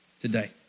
today